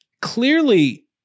Clearly